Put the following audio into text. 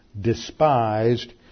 despised